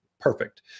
Perfect